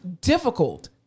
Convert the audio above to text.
difficult